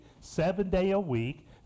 seven-day-a-week